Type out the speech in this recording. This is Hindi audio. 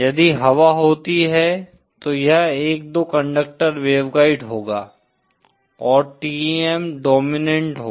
यदि हवा होती है तो यह एक दो कंडक्टर वेवगाइड होगा और TEM डोमिनेंट होगा